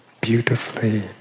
beautifully